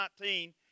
2019